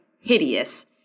hideous